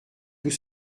tout